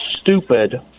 stupid